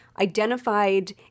identified